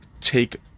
Take